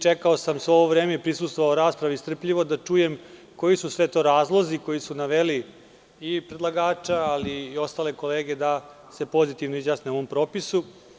Čekao sam svo ovo vreme i prisustvovao raspravi strpljivo da čujem koji su sve razlozi koji su naveli i predlagača, ali i ostale kolege da se pozitivno izjasne o ovom propisu.